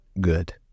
good